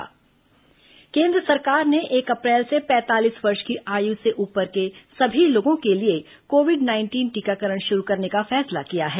cabinet vaccine केंद्र सरकार ने एक अप्रैल से पैंतालीस वर्ष की आयु से ऊपर के सभी लोगों के लिए कोविड नाइंटीन टीकाकरण शुरू करने का फैसला किया है